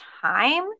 time